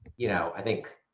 you know, i think